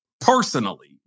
personally